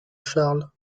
charles